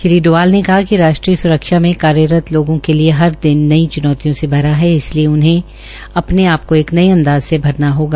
D Doval ने कहा कि राष्ट्रीय स्रक्षा मे कार्यरत लोगों के लिये हर दिन नई च्नौतियों से भरा हे इसलिये उन्हें अ ने आ को एक न्ये अदांज में भरना होगा